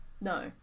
No